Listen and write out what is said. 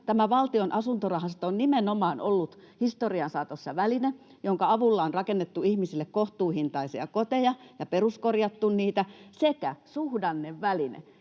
Tämä Valtion asuntorahasto on nimenomaan ollut historian saatossa väline, jonka avulla on rakennettu ihmisille kohtuuhintaisia koteja ja peruskorjattu niitä, sekä suhdanneväline.